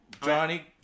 Johnny